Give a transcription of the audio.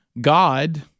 God